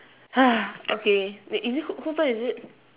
okay wait is it who whose turn is it